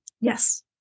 yes